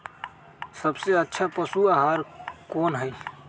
सबसे अच्छा पशु आहार कोन हई?